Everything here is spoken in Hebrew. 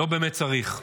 לא באמת צריך.